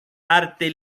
arte